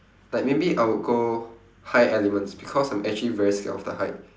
like maybe I would go high elements because I'm actually very scared of the height